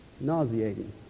nauseating